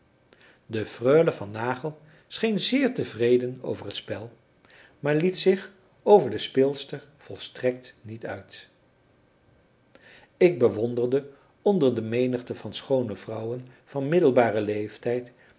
de freule van nagel scheen zeer tevreden over het spel maar liet zich over de speelster volstrekt niet uit ik bewonderde onder de menigte van schoone vrouwen van middelbaren leeftijd